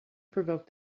provoked